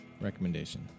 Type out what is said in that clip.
recommendation